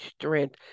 strength